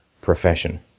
profession